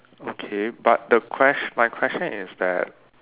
okay but the ques~ my question is that